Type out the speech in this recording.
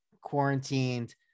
quarantined